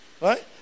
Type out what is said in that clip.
right